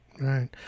right